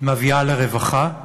מביאה לרווחה.